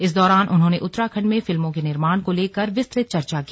इस दौरान उन्होंने उत्तराखंड में फिल्मों के निर्माण को लेकर विस्तृत चर्चा की